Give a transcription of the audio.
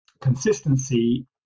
consistency